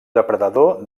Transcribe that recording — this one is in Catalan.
depredador